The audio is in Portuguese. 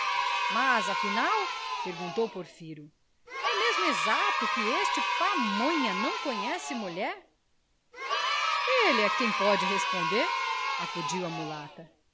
mas afinal perguntou porfiro é mesmo exato que este pamonha não conhece mulher ele é quem pode responder acudiu a mulata